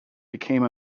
became